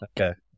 Okay